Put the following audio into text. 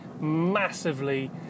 massively